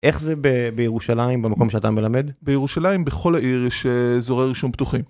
איך זה בירושלים במקום שאתה מלמד? בירושלים בכל העיר יש אזורי רישום פתוחים.